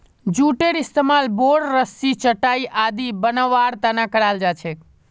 जूटेर इस्तमाल बोर, रस्सी, चटाई आदि बनव्वार त न कराल जा छेक